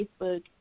facebook